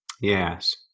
yes